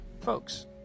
Folks